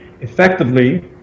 effectively